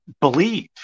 believe